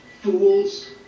Fools